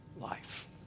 life